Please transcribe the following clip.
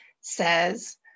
says